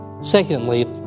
Secondly